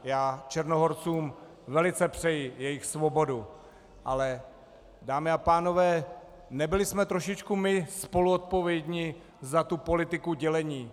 Já Černohorcům velice přeji jejich svobodu, ale dámy a pánové, nebyli jsme trošičku my spoluodpovědní za tu politiku dělení?